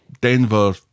Denver